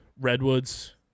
Redwoods